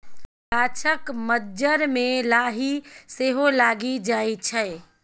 गाछक मज्जर मे लाही सेहो लागि जाइ छै